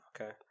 Okay